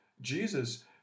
Jesus